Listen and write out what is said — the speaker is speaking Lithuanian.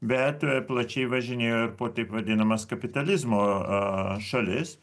bet plačiai važinėjo ir po taip vadinamas kapitalizmo a šalis